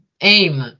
aim